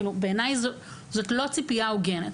בעיניי זו לא ציפייה הוגנת.